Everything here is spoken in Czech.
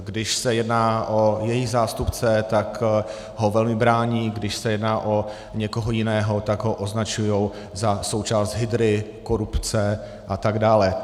Když se jedná o jejich zástupce, tak ho velmi brání, když se jedná o někoho jiného, tak ho označují za součást hydry, korupce atd.